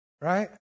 Right